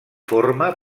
forma